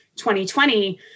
2020